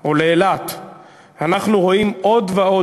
או לאילת אנחנו רואים עוד ועוד,